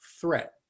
threat